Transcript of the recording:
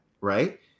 Right